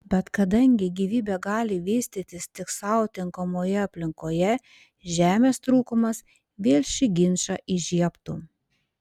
bet kadangi gyvybė gali vystytis tik sau tinkamoje aplinkoje žemės trūkumas vėl šį ginčą įžiebtų